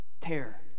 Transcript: Tear